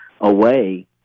away